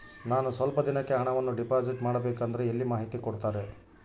ನಾನು ಸ್ವಲ್ಪ ದಿನಕ್ಕೆ ಹಣವನ್ನು ಡಿಪಾಸಿಟ್ ಮಾಡಬೇಕಂದ್ರೆ ಎಲ್ಲಿ ಮಾಹಿತಿ ಕೊಡ್ತಾರೆ?